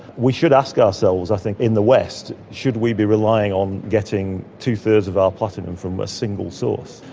we should ask ourselves i think in the west should we be relying on getting two-thirds of our platinum from a single source.